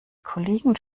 kollegen